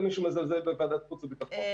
מישהו חלילה מזלזל בוועדת החוץ והביטחון.